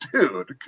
dude